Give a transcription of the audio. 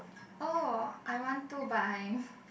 oh I want to but I'm